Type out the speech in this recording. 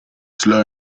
slow